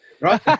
right